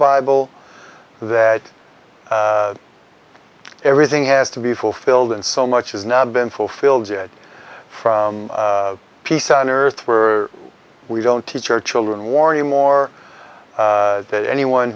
bible that everything has to be fulfilled and so much is now been fulfilled yet from peace on earth were we don't teach our children warning more that anyone